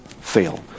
fail